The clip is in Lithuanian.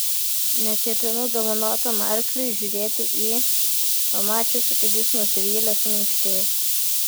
neketinu dovanotam arkliui žiūrėti į pamačiusi kaip jis nusivylė suminkštėjau